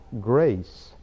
grace